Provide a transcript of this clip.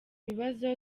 bibazo